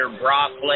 broccoli